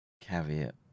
caveat